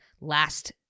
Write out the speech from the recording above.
last